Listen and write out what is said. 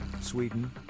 Sweden